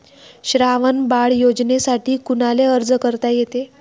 श्रावण बाळ योजनेसाठी कुनाले अर्ज करता येते?